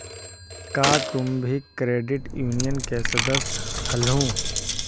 का तुम भी क्रेडिट यूनियन के सदस्य हलहुं?